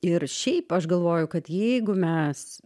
ir šiaip aš galvoju kad jeigu mes